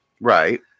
Right